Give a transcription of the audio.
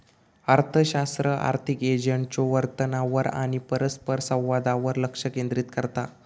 अर्थशास्त्र आर्थिक एजंट्सच्यो वर्तनावर आणि परस्परसंवादावर लक्ष केंद्रित करता